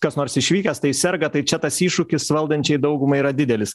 kas nors išvykęs tai serga tai čia tas iššūkis valdančiai daugumai yra didelis